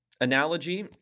analogy